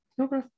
Okay